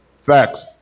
Facts